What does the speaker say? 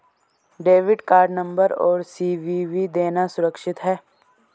Debit card number और CVV देना सुरक्षित है?